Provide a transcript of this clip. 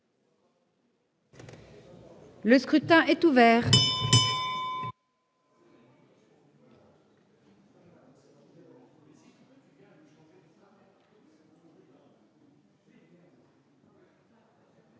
Le scrutin est ouvert.